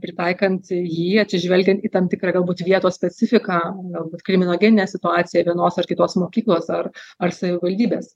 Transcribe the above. pritaikant jį atsižvelgiant į tam tikrą galbūt vietos specifiką galbūt kriminogeninę situaciją vienos ar kitos mokyklos ar ar savivaldybės